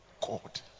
god